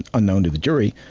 unknown to the jury,